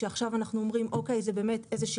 שעכשיו אנחנו אומרים שזו באמת איזושהי